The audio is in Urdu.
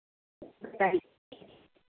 پتا نہیں